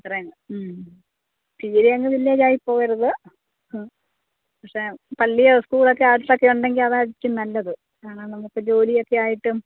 അത്രയും ഉം തീരെയങ്ങ് വില്ലേജ് ആയി പോകരുത് പക്ഷേ പള്ളിയോ സ്കൂളൊക്കെ അടുത്തൊക്കെ ഉണ്ടെങ്കിൽ അതായിരിക്കും നല്ലത് കാരണം നമുക്ക് ജോലിയൊക്കെ ആയിട്ടും